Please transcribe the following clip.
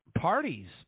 Parties